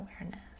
awareness